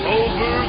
over